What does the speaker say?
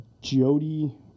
Jody